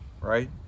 right